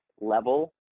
level